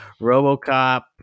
RoboCop